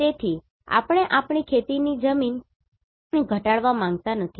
તેથી આપણે આપણી ખેતીની જમીનને ઘટાડવા માંગતા નથી